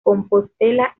compostela